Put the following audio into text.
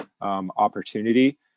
opportunity